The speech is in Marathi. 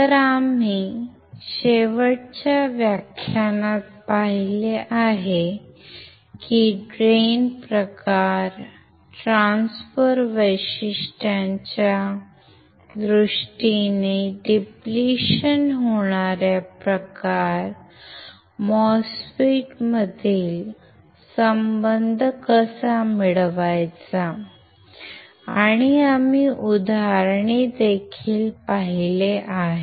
तर आम्ही शेवटच्या व्याख्यानात पाहिले आहे की ड्रेन प्रकार ट्रान्सफर वैशिष्ट्यांच्या दृष्टीने डिप्लेशन होणाऱ्या प्रकार MOSFET मधील संबंध कसा मिळवायचा आणि आम्ही उदाहरणे देखील पाहिली आहेत